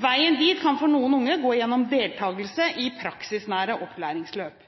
Veien dit kan for noen unge gå gjennom deltakelse i praksisnære opplæringsløp.